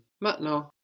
maintenant